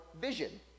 vision